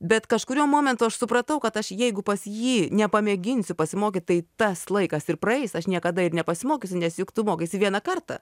bet kažkuriuo momentu aš supratau kad aš jeigu pas jį nepamėginsiu pasimokyt tai tas laikas ir praeis aš niekada ir nepasimokysiu nes juk tu mokaisi vieną kartą